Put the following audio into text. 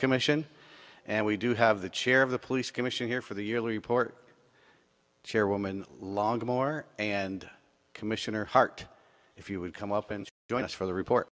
commission and we do have the chair of the police commission here for the yearly report chairwoman longer more and commissioner hart if you would come up and join us for the report